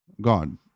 god